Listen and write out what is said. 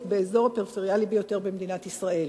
באזור הפריפריאלי ביותר במדינת ישראל.